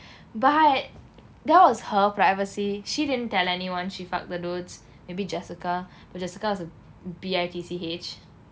but that was her privacy she didn't tell anyone she fucked the dudes maybe jessica but jessica was a B I T C H